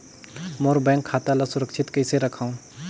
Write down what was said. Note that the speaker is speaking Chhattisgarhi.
मोर बैंक खाता ला सुरक्षित कइसे रखव?